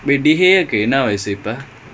and he can move to south hampton